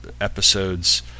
episodes